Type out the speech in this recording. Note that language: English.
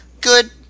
good